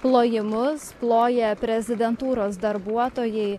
plojimus ploja prezidentūros darbuotojai